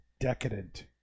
decadent